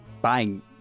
buying